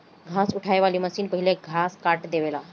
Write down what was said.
घास उठावे वाली मशीन पहिले घास काट देवेला